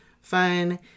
fun